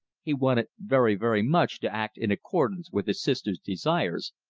he wanted very, very much to act in accordance with his sister's desires,